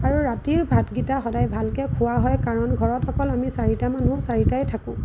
আৰু ৰাতিৰ ভাতকেইটা সদায় ভালকে খোৱা হয় কাৰণ ঘৰত অকল আমি চাৰিটা মানুহ চাৰিটায়ে থাকোঁ